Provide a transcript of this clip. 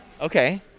Okay